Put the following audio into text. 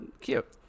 Cute